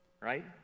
right